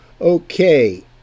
Okay